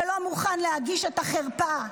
שלא מוכן להגיש את החרפה.